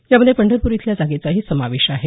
यामध्ये पंढरपूर इथल्या जागेचाही समावेश आहे